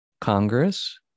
Congress